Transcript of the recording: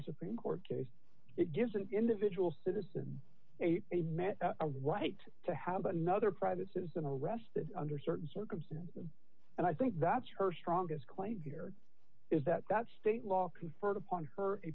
supreme court case it gives an individual citizen a right to have another private citizen arrested under certain circumstances and i think that's her strongest claim here is that that state law